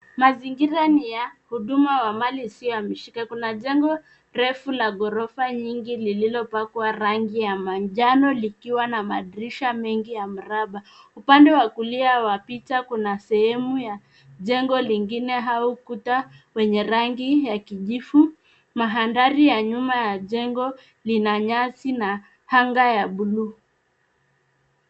Mazingira ni ya huduma wa mali isiyohamishika .Kuna jengo refu ghorofa nyingi lililopakwa rangi ya manjano likiwa na madirisha mengi ya mraba. Upande wa kulia wa picha kuna sehemu ya jengo lingine au ukuta wenye rangi ya kijivu. Mandhari ya nyuma ya jengo ina nyasi na anga ya bluu.